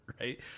right